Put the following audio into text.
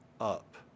up